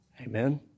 Amen